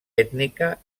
ètnica